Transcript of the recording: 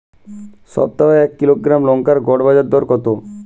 সপ্তাহে এক কিলোগ্রাম লঙ্কার গড় বাজার দর কতো?